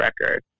record